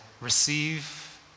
receive